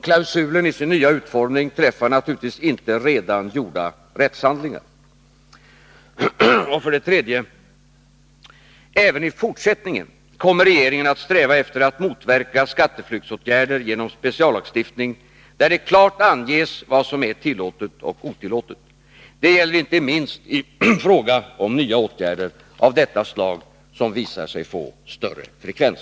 Klausulen i sin nya form träffar naturligtvis inte redan gjorda rättshandlingar. 3. Äveni fortsättningen kommer regeringen att sträva efter att motverka skatteflykt genom speciallagstiftning där det klart anges vad som är tillåtet och otillåtet. Det gäller inte minst i fråga om nya former av skatteflykt som visar sig få större frekvens.